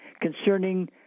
concerning